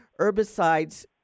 herbicides